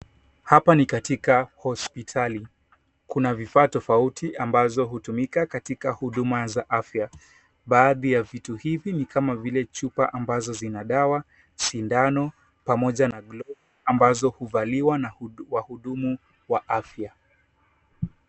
Hapa ni katika hospitali, kuna vifaa tofauti ambazo hutumika katika huduma za afya. Baadhi ya vitu hivi ni kama vile chupa ambazo zina dawa, sindano pamoja na glovu ambazo huvaliwa na wahudumu wa afya.